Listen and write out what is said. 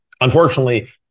unfortunately